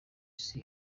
isi